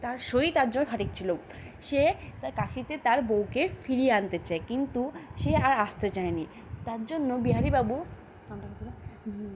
তার শই তার জন্য সঠিক ছিলো সে তার কাশিতে তার বউকে ফিরিয়ে আনতে চাই কিন্তু সে আর আসতে চায় নি তার জন্য বিহারি বাবু